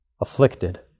afflicted